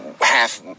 half